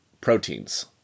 proteins